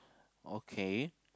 okay